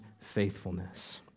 faithfulness